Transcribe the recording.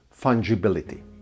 fungibility